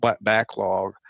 backlog